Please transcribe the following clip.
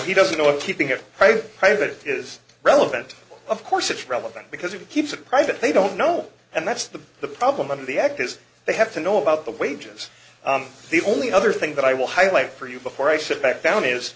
he doesn't know it keeping it private is relevant of course it's relevant because it keeps a private they don't know and that's the the problem in the act is they have to know about the wages the only other thing that i will highlight for you before i sit back down is